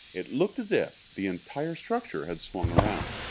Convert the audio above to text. it looked as if the entire structure had swung around.